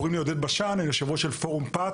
בשן, אני יושב-ראש פורום פת,